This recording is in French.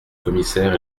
commissaire